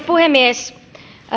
puhemies